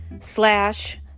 slash